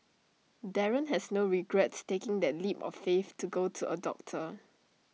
Darren has no regrets taking that leap of faith to go to A doctor